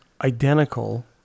identical